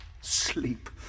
Sleep